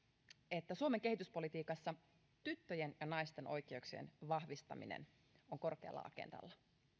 että suomen kehityspolitiikassa tyttöjen ja naisten oikeuksien vahvistaminen on korkealla agendalla